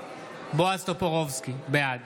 בעד